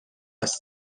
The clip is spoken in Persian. است